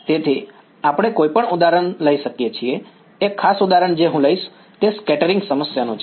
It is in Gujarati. તેથી આપણે કોઈ પણ ઉદાહરણ લઈ શકીએ છીએ એક ખાસ ઉદાહરણ જે હું લઈશ તે સ્કેટરિંગ સમસ્યાનું છે